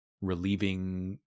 relieving